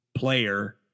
player